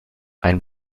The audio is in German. ein